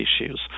issues